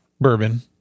bourbon